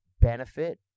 benefit